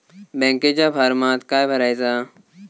बँकेच्या फारमात काय भरायचा?